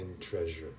treasure